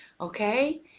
okay